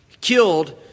killed